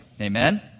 Amen